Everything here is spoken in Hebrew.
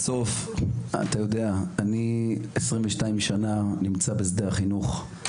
בסוף, אתה יודע, אני 22 שנה נמצא בשדה החינוך.